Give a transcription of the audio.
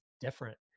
different